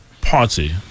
party